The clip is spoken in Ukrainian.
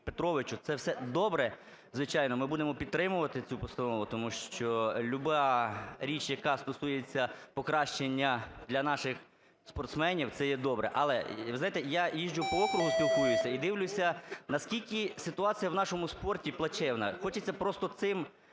Петровичу. Це все добре, звичайно, ми будемо підтримувати цю постанову, тому що люба річ, яка стосується покращення для наших спортсменів, це є добре. Але, ви знаєте, я їжджу по округу спілкуюся і дивлюся, наскільки ситуація в нашому спорті плачевна. Хочеться просто цим